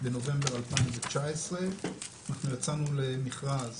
בנובמבר 2019. אנחנו יצאנו למכרז